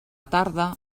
tarda